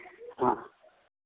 हाँ